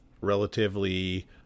relatively